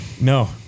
No